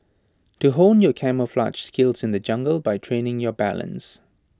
to hone your camouflaged skills in the jungle by training your balance